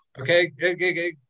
Okay